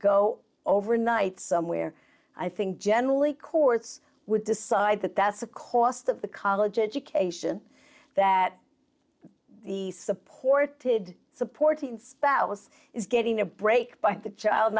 go overnight somewhere i think generally courts would decide that that's the cost of the college education that the supported supporting spouse is getting a break by the child